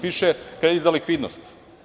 Piše kredit za likvidnost.